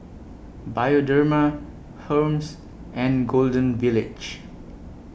Bioderma Hermes and Golden Village